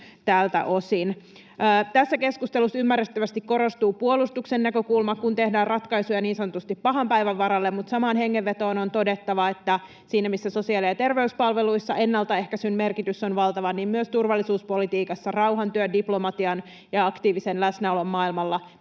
Tässä keskustelussa ymmärrettävästi korostuu puolustuksen näkökulma, kun tehdään ratkaisuja niin sanotusti pahan päivän varalle, mutta samaan hengenvetoon on todettava, että siinä missä sosiaali- ja terveyspalveluissa ennaltaehkäisyn merkitys on valtava, myös turvallisuuspolitiikassa rauhantyön, diplomatian ja aktiivisen läsnäolon maailmalla